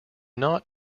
not